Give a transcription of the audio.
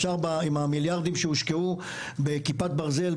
עם המיליארדים שהושקעו בכיפת ברזל,